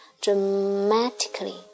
dramatically